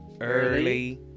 Early